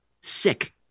Sick